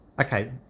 okay